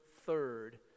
third